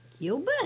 Gilbert